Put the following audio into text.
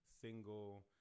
single